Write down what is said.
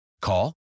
Call